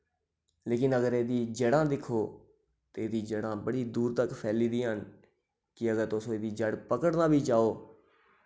लेकिन अगर एह्दी जढ़ां दिक्खो ते एह्दी जढ़ां बड़ी दूर तक फैली दियां न कि अगर तुस एह्दी जढ़ पकड़ना बी चाहो